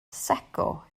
secco